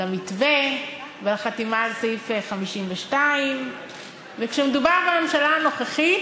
למתווה ולחתימה על סעיף 52. וכשמדובר בממשלה הנוכחית,